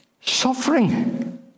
Suffering